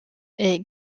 est